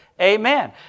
Amen